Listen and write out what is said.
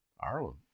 Ireland